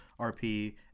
RP